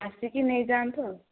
ଆସିକି ନେଇଯାଆନ୍ତୁ ଆଉ